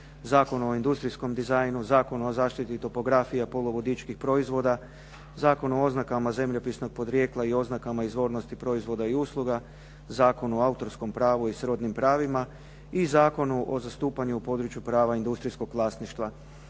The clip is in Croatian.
Zakonu o industrijskom dizajnu, Zakonu o zaštiti topografija poluvodičkih proizvoda, Zakon o oznakama zemljopisnog podrijetla i oznakama izvornosti proizvoda i usluga, Zakon o autorskom pravu i srodnim pravim i Zakonu o zastupanju u području prava industrijskog vlasništva.